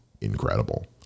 incredible